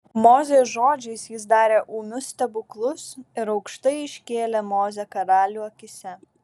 mozės žodžiais jis darė ūmius stebuklus ir aukštai iškėlė mozę karalių akyse